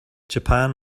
japan